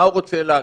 מה הוא רוצה להגיד?